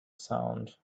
sound